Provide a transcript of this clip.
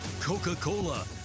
Coca-Cola